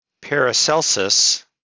Paracelsus